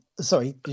sorry